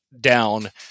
down